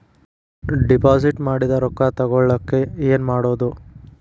Deposit ಮಾಡಿದ ರೊಕ್ಕ ತಗೋಳಕ್ಕೆ ಏನು ಮಾಡೋದು?